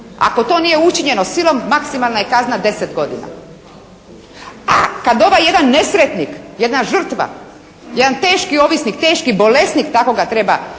ako to nije učinjeno silom maksimalna je kazna 10 godina. A kada ovaj jedan nesretnik, jedna žrtva, jedan teški ovisnik, teški bolesnik tako ga treba